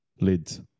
lids